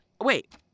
Wait